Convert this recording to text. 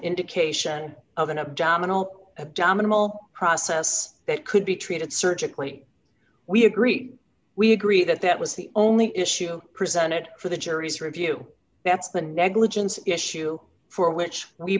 indication of an abdominal abdominal process that could be treated surgically we agree we agree that that was the only issue presented for the jury's review that's the negligence issue for which we